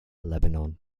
lebanon